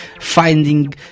finding